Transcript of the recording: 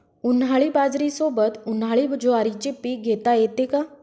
उन्हाळी बाजरीसोबत, उन्हाळी ज्वारीचे पीक घेता येते का?